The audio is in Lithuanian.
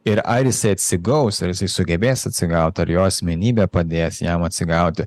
ir ar jisai atsigaus ir jisai sugebės atsigauti ar jo asmenybė padės jam atsigauti